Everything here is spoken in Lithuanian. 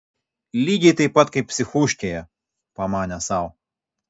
lygiai taip pat kaip psichuškėje pamanė sau